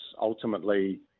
ultimately